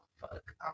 Fuck